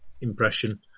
impression